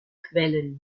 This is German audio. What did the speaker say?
quellen